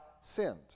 sinned